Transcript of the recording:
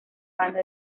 banda